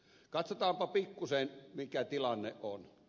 katsotaanpa pikkuisen mikä tilanne on